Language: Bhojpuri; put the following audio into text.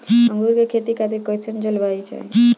अंगूर के खेती खातिर कइसन जलवायु चाही?